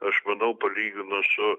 aš manau palyginus su